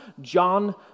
John